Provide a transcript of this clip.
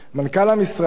מנכ"ל המשרד,